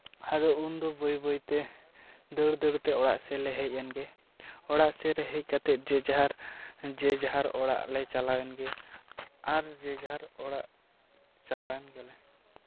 ᱟᱫᱚ ᱩᱱᱫᱚ ᱵᱟᱹᱭ ᱵᱟᱹᱭᱛᱮ ᱫᱟᱹᱲ ᱫᱟᱹᱛᱮ ᱚᱲᱟᱜ ᱥᱮᱱᱞᱮ ᱦᱮᱡ ᱮᱱᱜᱮ ᱚᱲᱟᱜ ᱥᱮᱫ ᱨᱮ ᱦᱮᱡ ᱠᱟᱛᱮᱜ ᱡᱮ ᱡᱟᱦᱟᱨ ᱡᱮ ᱡᱟᱦᱟᱨ ᱚᱲᱟᱜ ᱞᱮ ᱪᱟᱞᱟᱣᱮᱱ ᱜᱮ ᱟᱨ ᱡᱮ ᱡᱟᱦᱟᱨ ᱚᱲᱟᱜ ᱪᱟᱞᱟᱣᱮᱱ ᱜᱮᱞᱮ